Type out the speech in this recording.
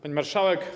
Pani Marszałek!